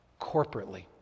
corporately